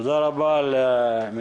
אנחנו